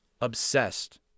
obsessed